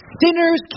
Sinners